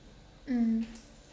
mm